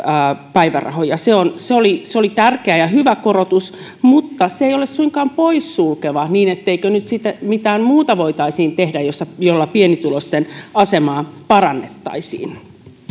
päivärahoja se oli se oli tärkeä ja hyvä korotus mutta se ei ole suinkaan poissulkeva niin etteikö nyt sitten mitään muuta voitaisi tehdä millä pienituloisten asemaa parannettaisiin